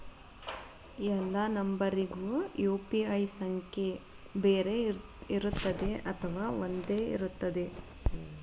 ಎಲ್ಲಾ ನಂಬರಿಗೂ ಯು.ಪಿ.ಐ ಸಂಖ್ಯೆ ಬೇರೆ ಇರುತ್ತದೆ ಅಥವಾ ಒಂದೇ ಇರುತ್ತದೆ?